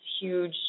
huge